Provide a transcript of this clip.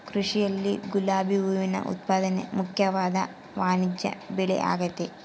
ಕೃಷಿಯಲ್ಲಿ ಗುಲಾಬಿ ಹೂವಿನ ಉತ್ಪಾದನೆ ಮುಖ್ಯವಾದ ವಾಣಿಜ್ಯಬೆಳೆಆಗೆತೆ